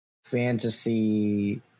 fantasy